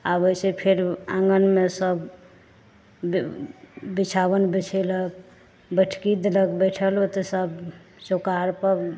आबै छै फेर आँङगनमे सब देब ओ बिछाओन बिछेलक बैठकी देलक बैठल ओतए सब चौकाहार पर